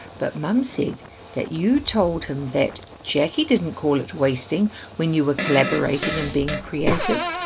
but mum said that you told him that jacqui didn't call it wasting when you were collaborating and being creative.